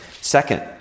Second